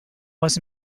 was